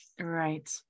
Right